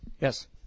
Yes